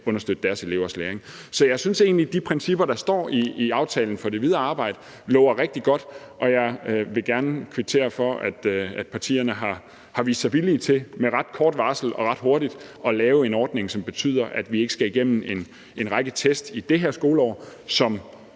understøtte deres elevers læring? Så jeg synes egentlig, at de principper for det videre arbejde, der står beskrevet i aftalen, lover rigtig godt, og jeg vil gerne kvittere for, at partierne har vist sig villige til med ret kort varsel og ret hurtigt at lave en ordning, som betyder, at vi ikke i det her skoleår skal